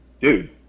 dude